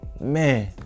Man